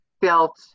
felt